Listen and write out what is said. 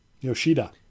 Yoshida